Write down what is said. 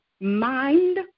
mind